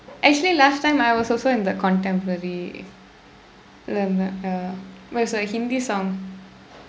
actually last time I was also in the contemporary இல்ல இருந்தேன்:illa irundtheen uh but it was like mostly hindi song